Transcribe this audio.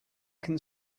can